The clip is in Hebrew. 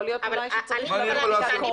יכול להיות שאולי צריך להציג בדיקת קורונה.